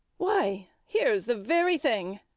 why, here's the very thing,